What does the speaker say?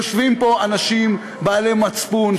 יושבים פה אנשים בעלי מצפון,